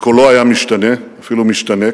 וקולו היה משתנה, אפילו משתנק,